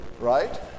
right